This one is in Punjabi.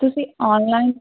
ਤੁਸੀਂ ਓਨਲਾਈਨ